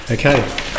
Okay